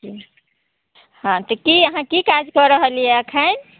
हँ तऽ की अहाँ की काज कऽ रहलियै यऽ एखन